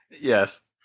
Yes